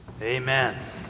Amen